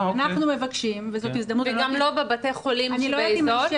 אנחנו מבקשים וזאת הזדמנות --- וגם לא בבתי החולים שבאזור?